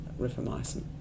rifamycin